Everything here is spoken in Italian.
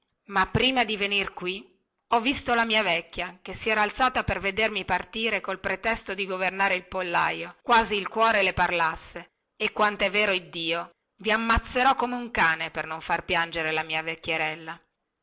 ma prima di venir qui ho visto la mia vecchia che si era alzata per vedermi partire col pretesto di governare il pollaio quasi il cuore le parlasse e quantè vero iddio vi ammazzerò come un cane per non far piangere la mia vecchierella